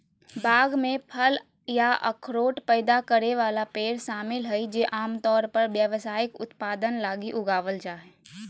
बाग में फल या अखरोट पैदा करे वाला पेड़ शामिल हइ जे आमतौर पर व्यावसायिक उत्पादन लगी उगावल जा हइ